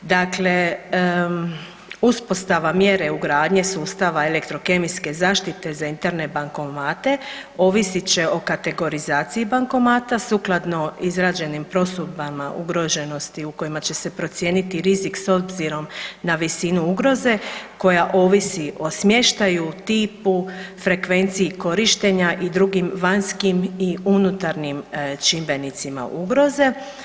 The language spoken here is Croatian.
Dakle, uspostava mjere ugradnje sustava elektrokemijske zaštite za interne bankomate ovisit će o kategorizaciji bankomata sukladno izrađenim prosudbama ugroženosti u kojima će se procijeniti rizik s obzirom na visinu ugroze koja ovisi o smještaju, tipu, frekvenciji korištenja i drugim vanjskim i unutarnjim čimbenicima ugroze.